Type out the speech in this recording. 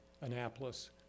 Annapolis